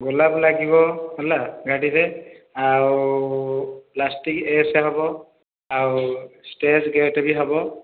ଗୋଲାପ ଲାଗିବ ହେଲା ଗାଡ଼ିରେ ଆଉ ପ୍ଲାଷ୍ଟିକ ଏସ ହେବ ଆଉ ଷ୍ଟେଜ ଗେଟ ବି ହେବ